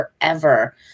forever